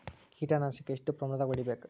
ಕೇಟ ನಾಶಕ ಎಷ್ಟ ಪ್ರಮಾಣದಾಗ್ ಹೊಡಿಬೇಕ?